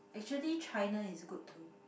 actually China is good too